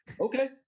Okay